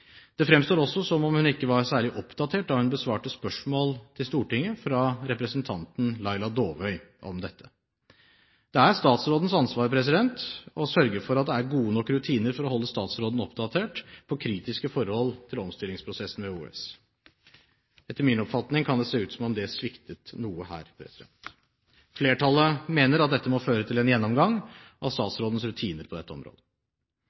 Det fremstår også som om hun ikke var særlig oppdatert da hun besvarte spørsmål til Stortinget fra representanten Laila Dåvøy om dette. Det er statsrådens ansvar å sørge for at det er gode nok rutiner for å holde statsråden oppdatert på kritiske forhold i forbindelse med omstillingsprosessen ved OUS. Etter min oppfatning kan det se ut som om det sviktet noe her. Flertallet mener dette må føre til en gjennomgang av statsrådens rutiner på dette området.